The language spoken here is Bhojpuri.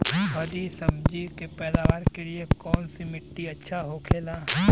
हरी सब्जी के पैदावार के लिए कौन सी मिट्टी अच्छा होखेला?